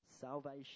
salvation